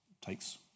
Takes